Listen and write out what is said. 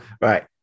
right